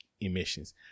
emissions